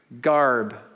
garb